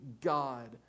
God